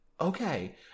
Okay